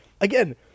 Again